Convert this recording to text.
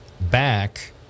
back